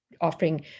offering